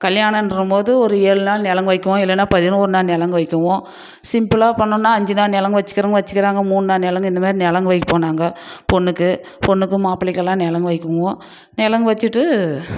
கல்யாணம்ன்றம்போது ஒரு ஏழு நாள் நலங்கு வைப்போம் இல்லைனா பதினோரு நாள் நலங்கு வைக்குவோம் சிம்பிளாக பண்ணோனால் அஞ்சு நாள் நலங்கு வச்சிக்கிறவங்க வச்சிக்கிறாங்க மூணுநாள் நலங்கு இந்தமாதிரி நலங்கு வைப்போம் நாங்கள் பொண்ணுக்கு பொண்ணுக்கும் மாப்பிள்ளைக்கெல்லாம் நலங்கு வைக்குவோம் நலங்கு வச்சுட்டு